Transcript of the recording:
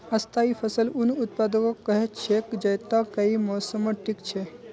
स्थाई फसल उन उत्पादकक कह छेक जैता कई मौसमत टिक छ